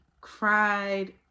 cried